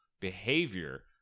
behavior